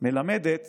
מלמדת